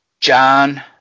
John